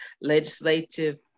legislative